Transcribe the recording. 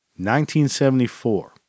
1974